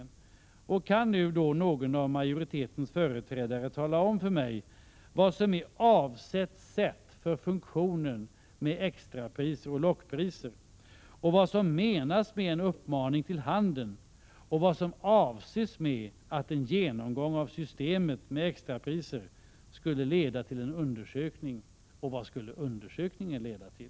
Kan någon av majoritetens företrädare tala om för mig vad som menas med ”på avsett sätt” när det gäller funktionen av systemet med extrapriser och lockpriser? Vad menas med ”en uppmaning till handeln”? Vad menas med talet om att en genomgång av systemet med extrapriser skulle leda till en undersökning? Vad skulle undersökningen leda till?